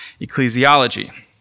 ecclesiology